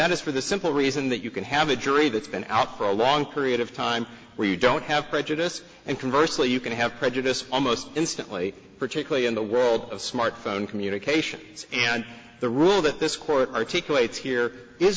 that is for the simple reason that you can have a jury that's been out for a long period of time where you don't have prejudice and conversant you can have prejudice almost instantly particularly in the world of smartphone communications and the rule that this court articulate here is